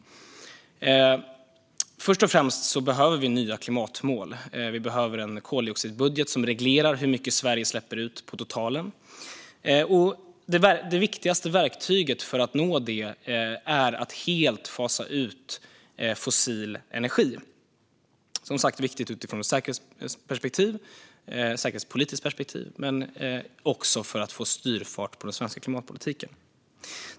Först och främst behöver vi nya klimatmål. Vi behöver en koldioxidbudget som reglerar hur mycket Sverige släpper ut på totalen. Det viktigaste verktyget för att nå detta är att helt fasa ut fossil energi. Som sagt är detta viktigt utifrån ett säkerhetspolitiskt perspektiv, men också för att få styrfart i den svenska klimatpolitiken.